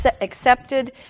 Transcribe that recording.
accepted